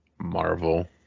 Marvel